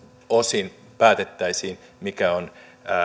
osin päätettäisiin mikä on